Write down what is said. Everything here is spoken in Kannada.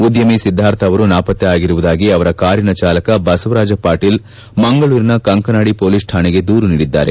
ಉದ್ದಮಿ ಸಿದ್ಧಾರ್ಥ ಅವರು ನಾಪತ್ತೆ ಆಗಿರುವುದಾಗಿ ಅವರ ಕಾರಿನ ಚಾಲಕ ಬಸವರಾಜ ಪಾಟೀಲ್ ಮಂಗಳೂರಿನ ಕಂಕನಾಡಿ ಪೊಲೀಸ್ ಕಾಣಿಗೆ ದೂರು ನೀಡಿದ್ದಾರೆ